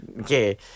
Okay